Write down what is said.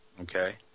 Okay